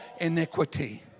iniquity